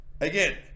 again